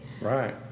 Right